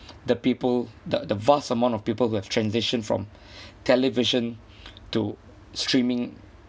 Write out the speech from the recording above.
the people the the vast amount of people who have transitioned from television to streaming